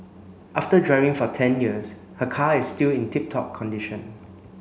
after driving for ten years her car is still in tip top condition